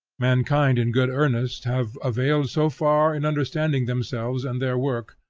mankind in good earnest have availed so far in understanding themselves and their work,